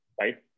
right